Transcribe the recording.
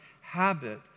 habit